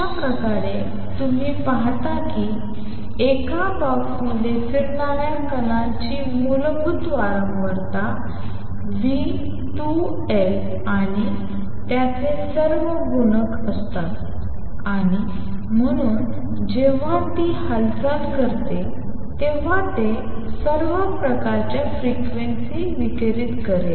अशाप्रकारे तुम्ही पाहता की एका बॉक्समध्ये फिरणाऱ्या कणांची मूलभूत वारंवारता V 2 L आणि त्याचे सर्व गुणक असते आणि म्हणून जेव्हा ती हालचाल करते तेव्हा ते सर्व प्रकारच्या फ्रिक्वेन्सी विकिरित करेल